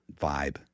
vibe